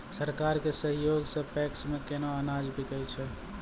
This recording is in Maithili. सरकार के सहयोग सऽ पैक्स मे केना अनाज बिकै छै?